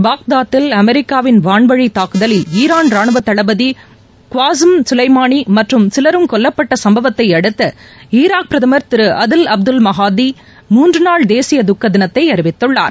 பாக்தாதில் அமெரிக்காவின் வான்வழித் தாக்குதலில் ஈரான் ரானுவ தளபதி காசெம் சொலைமானியும் மற்ற சிலரும் கொல்லப்பட்ட சம்பவத்தையடுத்து ஈராக் பிரதமர் திரு அதில் அப்துல் மஹாதி மூன்று நாள் தேசிய துக்க தினத்தை அறிவித்துள்ளார்